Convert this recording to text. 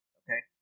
okay